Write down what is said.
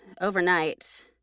overnight